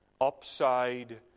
upside